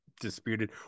disputed